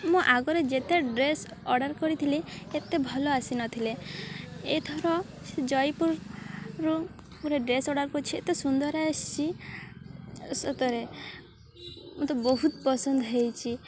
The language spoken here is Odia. ମୁଁ ଆଗରେ ଯେତେ ଡ୍ରେସ୍ ଅର୍ଡ଼ର କରିଥିଲି ଏତେ ଭଲ ଆସିନଥିଲେ ଏଥର ସେ ଜୟପୁରରୁ ଗୋରେେ ଡ୍ରେସ୍ ଅର୍ଡ଼ର କରିଛି ଏତେ ସୁନ୍ଦର ଆସିଛି ସତରେ ମୋତେ ବହୁତ ପସନ୍ଦ ହେଇଛି